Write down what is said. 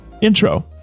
Intro